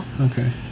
Okay